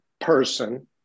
person